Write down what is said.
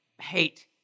hate